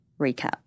recap